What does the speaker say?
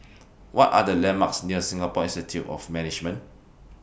What Are The landmarks near Singapore Institute of Management